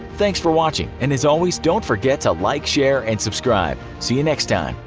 thanks for watching, and as always, don't forget to like, share and subscribe. see you next time.